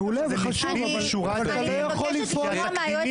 מעולה וחשוב, אבל אתה לא יכול לפעול בניגוד